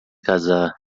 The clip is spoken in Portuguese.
casar